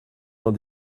dans